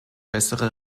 bessere